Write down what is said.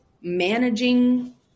managing